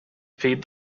feed